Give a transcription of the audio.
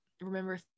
remember